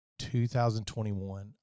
2021